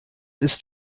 ist